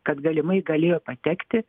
kad galimai galėjo patekti